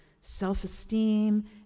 self-esteem